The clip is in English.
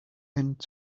and